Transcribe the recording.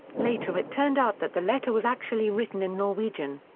later it turned out that the letter was actually written in norwegian.